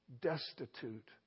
destitute